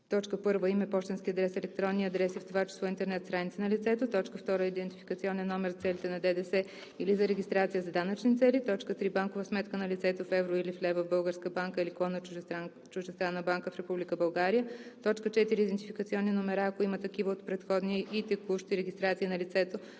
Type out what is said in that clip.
1. име, пощенски адрес, електронни адреси, в това число интернет страници на лицето; 2. идентификационен номер за целите на ДДС или за регистрация за данъчни цели; 3. банкова сметка на лицето в евро или лева в българска банка или клон на чуждестранна банка в Република България; 4. идентификационни номера, ако има такива, от предходни и текущи регистрации на лицето